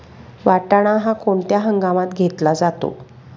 वाटाणा हा कोणत्या हंगामात घेतला जातो?